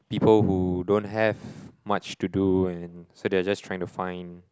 people who don't have much to do and so they're just trying to find